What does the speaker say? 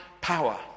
power